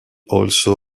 also